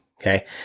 okay